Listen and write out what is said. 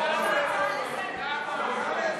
מה זה,